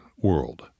world